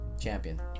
champion